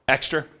Extra